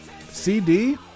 CD